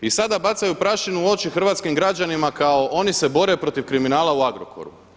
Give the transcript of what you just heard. I sada bacaju prašinu u oči hrvatskim građanima kao oni se bore protiv kriminala u Agrokoru.